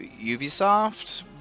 ubisoft